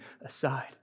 aside